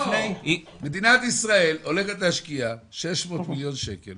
מדינת ישראל הולכת להשקיע 600 מיליון שקל